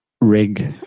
rig